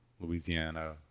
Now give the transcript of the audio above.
Louisiana